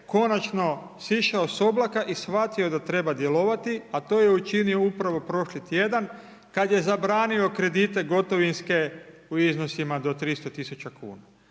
konačno sišao s oblaka i shvatio da treba djelovati a to je učinio upravo prošli tjedan kada je zabranio kredite gotovinske u iznosima do 300 tisuća kuna.